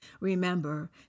Remember